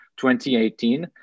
2018